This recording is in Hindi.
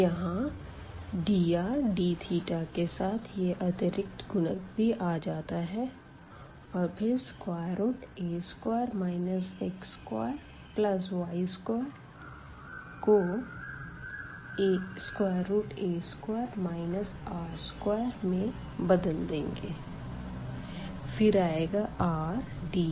यहाँ drdθ के साथ यह अतिरिक्त गुणक भी आ जाता है और फिर a2 x2y2 को a2 r2 में बदल देंगे फिर आएगा rdrdθ